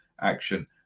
action